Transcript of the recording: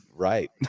right